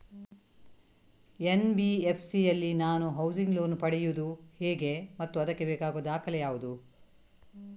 NBFC ಯಲ್ಲಿ ನಾನು housing loan ಪಡೆಯುದು ಹೇಗೆ ಮತ್ತು ಅದಕ್ಕೆ ಬೇಕಾಗುವ ದಾಖಲೆ ಯಾವುದು?